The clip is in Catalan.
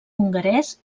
hongarès